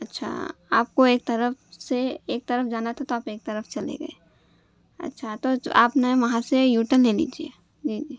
اچھا آپ كو أيک طرف سے ايک طرف جانا تھا تو آپ ایک طرف چلے گیے اچھا تو آپ نے وہاں سے یو ٹرن لے لیجیے جی جی